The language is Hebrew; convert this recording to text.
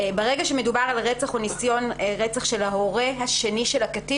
ברגע שמדובר על רצח או ניסיון רצח של ההורה השני של הקטין